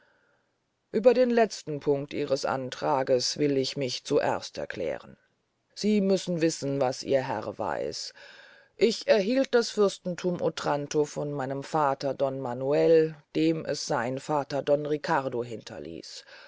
ueber den letzten punkt ihres antrages will ich mich zuerst erklären sie müssen wissen was ihr herr weiß ich erhielt das fürstenthum otranto von meinem vater don manuel dem es sein vater don riccardo hinterließ